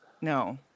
No